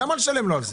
למה לשלם לו על זה?